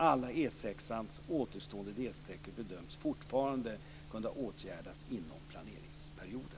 Alla återstående delsträckor av E 6:an bedöms fortfarande kunna åtgärdas inom planeringsperioden.